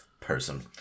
person